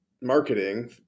marketing